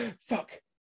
fuck